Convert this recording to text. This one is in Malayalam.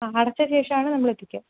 ആ അടച്ചതിന് ശേഷമാണ് നമ്മൾ എത്തിക്കുക